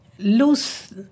Lose